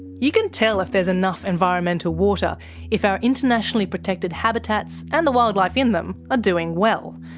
you can tell if there's enough environmental water if our internationally protected habitats, and the wildlife in them, are doing well.